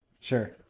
Sure